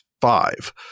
five